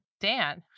Dan